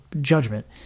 judgment